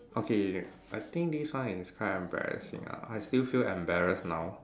okay I think this one is quite embarrassing ah I still feel embarrassed now